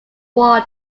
wall